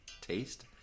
taste